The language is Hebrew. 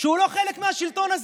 שהוא לא חלק מהשלטון הזה,